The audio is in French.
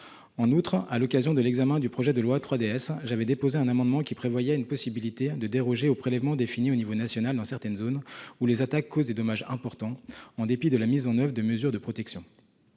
de simplification de l'action publique locale, j'avais déposé un amendement qui prévoyait la possibilité de déroger au prélèvement défini au niveau national dans certaines zones où les attaques causent des dommages importants, en dépit de la mise en oeuvre de mesures de protection.